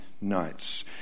nights